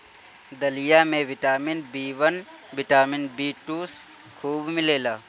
दलिया में vitamin B one, vitamin B two खूब मिलेला